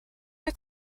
wyt